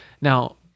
Now